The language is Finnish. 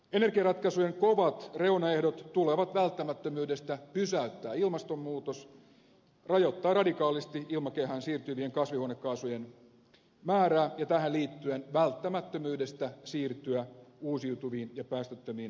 energiaratkaisujen kovat reunaehdot tulevat välttämättömyydestä pysäyttää ilmastonmuutos rajoittaa radikaalisti ilmakehään siirtyvien kasvihuonekaasujen määrää ja tähän liittyen välttämättömyydestä siirtyä uusiutuvien ja päästöttömien energialähteiden käyttöön